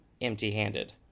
empty-handed